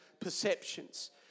perceptions